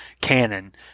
canon